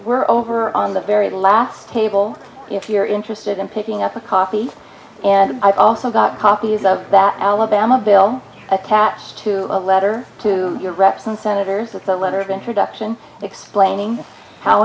we're over on the very last table if you're interested in picking up a copy and i've also got copies of that alabama bill attached to a letter to your reps and senators with a letter of introduction explaining how